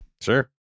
Sure